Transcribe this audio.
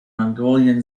mongolian